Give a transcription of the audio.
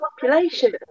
population